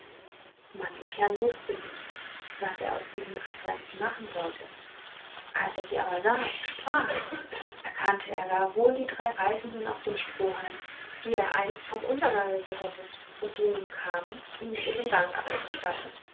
mandelkern wußte nicht was er aus diesen drei fremden machen sollte als er sie aber sah und sprach erkannte er gar wohl die drei reisenden auf dem strohhalm die er einst vom untergange gerettet und die nun kamen ihm ihren dank abzustatten